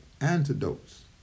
antidotes